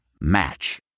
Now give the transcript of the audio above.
Match